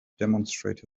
demonstrate